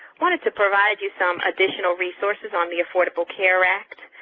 wanted to provide you some additional resources on the affordable care act.